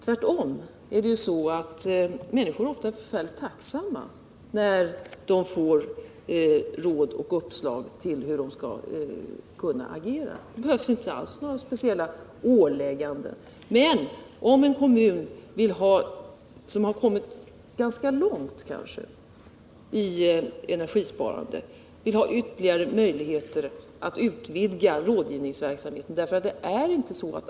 Tvärtom är ju människor ofta förfärligt tacksamma när de får råd och uppslag till hur de skall kunna agera. Det behövs inte alls några speciella ålägganden. Men det kan ju tänkas att en kommun som har kommit ganska långt i energisparande vill ha ytterligare möjligheter att utvidga rådgivningsverksamheten.